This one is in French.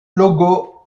logo